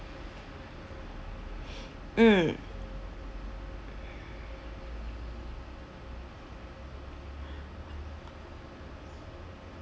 mm